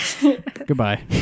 Goodbye